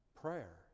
Prayer